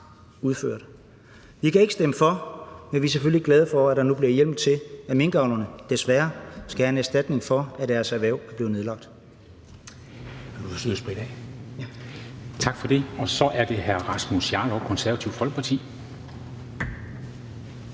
Vi kan ikke stemme for, men vi er selvfølgelig glade for, at der nu bliver hjemmel til, at minkavlerne skal have en erstatning for, at deres erhverv desværre er blevet nedlagt.